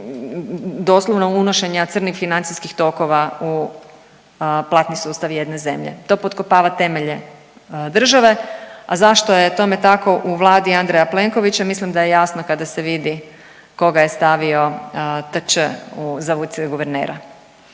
doslovno unošenja crnih financijskih tokova u platni sustav jedne zemlje, to potkopava temelje države, a zašto je tome tako u Vladi Andreja Plenkovića mislim da je jasno kada se vidi koga je stavio TĆ za viceguvernera.